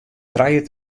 trije